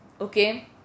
okay